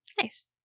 Nice